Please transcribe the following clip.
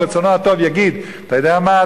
עם רצונו הטוב יגיד: אתה יודע מה,